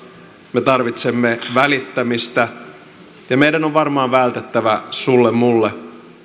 me tarvitsemme välittämistä ja meidän on varmaan vältettävä sulle mulle